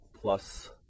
plus